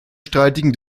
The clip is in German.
streitigen